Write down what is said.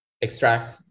extract